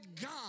God